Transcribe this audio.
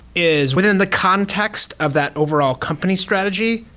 is within the context of that overall company strategy,